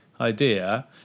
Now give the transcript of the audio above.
idea